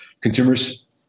consumers